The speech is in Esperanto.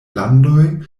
landoj